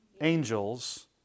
angels